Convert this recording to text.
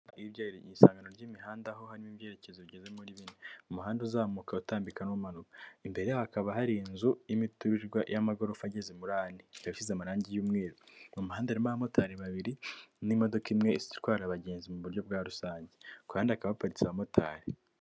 Isangano ry'imihanda aho harimo ibyerekezo bigeze muri bine, umuhanda uzamuka, utambika, n'umanuka, imbere hakaba hari inzu y'imiturirwa y'amagorofa ageze muri ane, ikaba isize amarangi y'umweru, mu muhanda harimo aba motari babiri, n'imodoka imwe itwara abagenzi mu buryo bwa rusange, kuruhande hakaba haparitse abamotari.